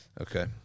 Okay